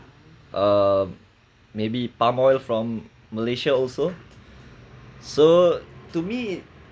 uh maybe palm oil from malaysia also so to me